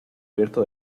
abierto